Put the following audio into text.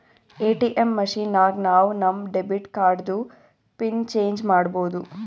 ATM machine ನಾಗ್ ನಾವ್ ನಮ್ ಡೆಬಿಟ್ ಕಾರ್ಡ್ದು ಪಿನ್ ಚೇಂಜ್ ಮಾಡ್ಬೋದು